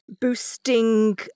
boosting